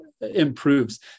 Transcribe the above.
improves